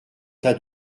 tas